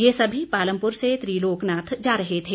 ये सभी पालमपुर से त्रिलोकनाथ जा रहे थे